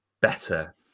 better